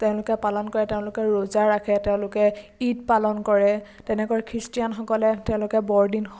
তেওঁলোকে পালন কৰে তেওঁলোকে ৰোজা ৰাখে তেওঁলোকে ঈদ পালন কৰে তেনেকৈ খ্ৰীষ্টিয়ানসকলে তেওঁলোকে বৰদিন